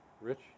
Rich